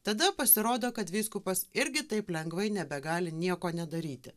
tada pasirodo kad vyskupas irgi taip lengvai nebegali nieko nedaryti